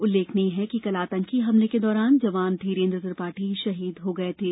उल्लेखनीय है कल आंतकी हमले के दौरान जवान धीरेन्द्र त्रिपाठी शहीद हो गये थे